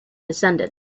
descended